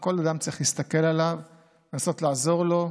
ועל כל אדם צריך להסתכל ולנסות לעזור לו,